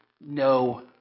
no